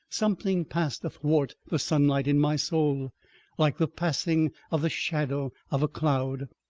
something passed athwart the sunlight in my soul like the passing of the shadow of a cloud.